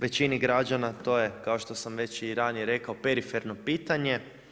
Većini građana to je kao što sam to već i ranije rekao, periferno pitanje.